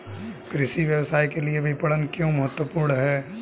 कृषि व्यवसाय के लिए विपणन क्यों महत्वपूर्ण है?